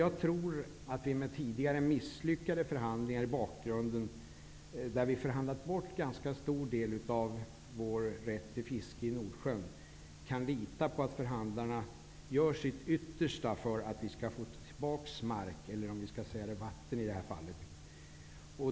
Jag tror att vi med tidigare misslyckade förhandlingar i bakhuvudet, där vi förhandlat bort en ganska stor del av vår rätt till fiske i Nordsjön, kan lita på att förhandlarna gör sitt yttersta för att vi skall få tillbaks mark, eller vi kanske skall säga vatten i det här fallet.